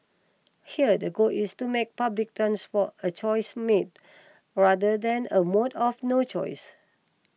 here the goal is to make public transport a choice made rather than a mode of no choice